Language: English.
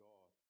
God